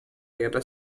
guerra